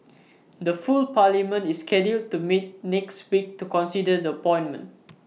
the full parliament is scheduled to meet next week to consider the appointment